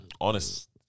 honest